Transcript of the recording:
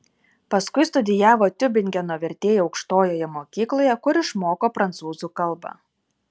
paskui studijavo tiubingeno vertėjų aukštojoje mokykloje kur išmoko prancūzų kalbą